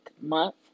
month